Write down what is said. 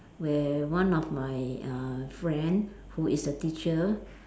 where one of my uh friend who is a teacher